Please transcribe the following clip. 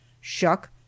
shuck